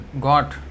got